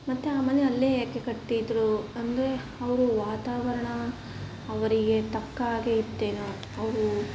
ಮತ್ತು ಆ ಮನೆ ಅಲ್ಲೇ ಯಾಕೆ ಕಟ್ಟಿದರು ಅಂದರೆ ಅವರು ವಾತಾವರಣ ಅವರಿಗೆ ತಕ್ಕ ಹಾಗೆ ಇತ್ತೇನೋ ಅವರು